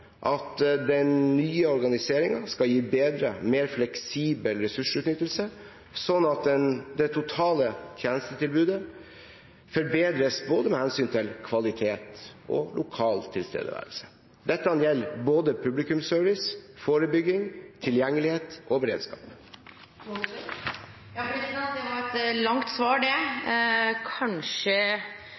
at den nye organiseringen skal gi bedre, mer fleksibel ressursutnyttelse, sånn at det totale tjenestetilbudet forbedres med hensyn til både kvalitet og lokal tilstedeværelse. Dette gjelder både publikumsservice, forebygging, tilgjengelighet og beredskap. Det var eit langt svar, kanskje litt lite konkret for det